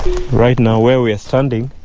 right now where we are standing,